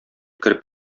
кереп